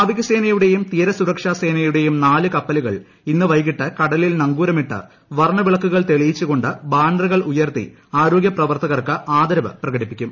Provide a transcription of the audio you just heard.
നാവികസേനയുടെയും തീരസുരക്ഷാ സേനയുടേയും നാല് കപ്പലുകൾ ഇന്ന് വൈകിട്ട് കടലിൽ നങ്കൂരമിട്ട് വർണ്ണവിളക്കുകൾ തെളിയിച്ചു കൊണ്ട് ബാനറുകൾ ഉയർത്തി ആരോഗൃ പ്രവർത്തകർക്ക് ആദരവു പ്രകടിപ്പിക്കും